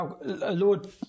Lord